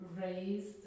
raised